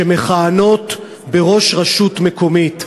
שמכהנות כראש רשות מקומית.